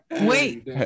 Wait